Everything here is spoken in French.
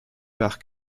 par